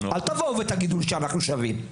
אל תבואו ותגידו שאנחנו שווים.